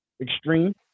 extreme